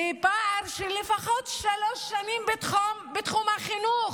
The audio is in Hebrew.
בפער של לפחות שלוש שנים בתחום החינוך,